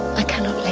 i cannot leave.